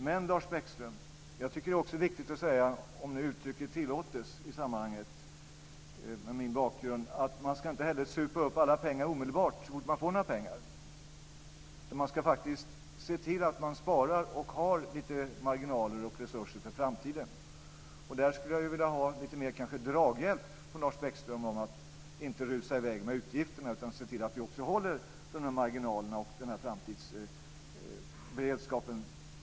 Men, Lars Bäckström, jag tycker också att det är viktigt att säga, om nu uttrycket tillåts i sammanhanget med min bakgrund, att man inte heller omedelbart ska supa upp alla pengar, så fort man får några. Man ska faktiskt se till att man sparar och har lite marginaler och resurser för framtiden. Jag skulle kanske vilja ha lite mer draghjälp från Lars Bäckström när det gäller att inte rusa iväg med utgifterna utan att se till att vi också håller marginalerna och framtidsberedskapen.